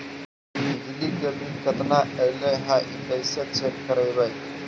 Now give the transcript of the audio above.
बिजली के बिल केतना ऐले हे इ कैसे चेक करबइ?